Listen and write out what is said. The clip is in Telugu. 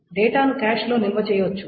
డేటాను కాష్లో నిల్వ చేయవచ్చు